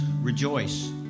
rejoice